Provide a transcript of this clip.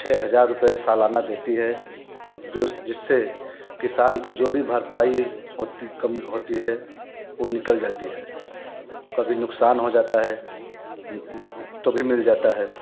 छः हजार रुपए सालना देती है जो जिससे किसान की जो भी भरपाई होती कम होती है वो निकल जाती है कभी नुकसान हो जाता है तो भी मिल जाता है